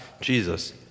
Jesus